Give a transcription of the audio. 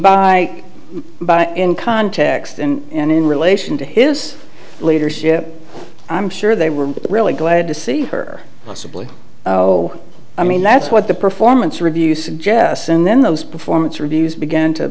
by by in context and in relation to his leadership i'm sure they were really glad to see her possibly oh i mean that's what the performance review suggests and then those performance reviews began to